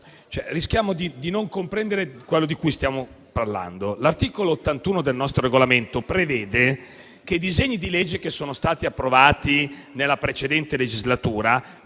rischiamo di non comprendere quello di cui stiamo parlando. L'articolo 81 del nostro Regolamento prevede che i disegni di legge che sono stati approvati nella precedente legislatura